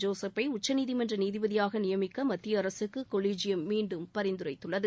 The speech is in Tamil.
ஜோசப் ஐ உச்சநீதிமன்ற நீதிபதியாக நியமிக்க மத்திய அரசுக்கு கொலிஜியம் மீண்டும் பரிந்துரைத்துள்ளது